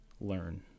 learn